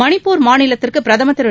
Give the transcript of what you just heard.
மணிப்பூர் மாநிலத்திற்கு பிரதமர் திரு